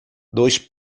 dois